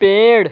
पेड़